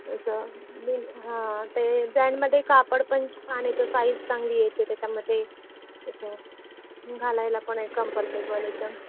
असं मी हां ते ब्रँडमध्ये कापड पण छान येतं साईज चांगली येते त्याच्यामध्ये असं घालायला पण कम्फर्टेबल एकदम